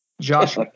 Josh